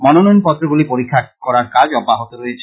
মনোনয়নপত্রগুলি পরীক্ষা করার অব্যাহত রয়েছে